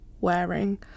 wearing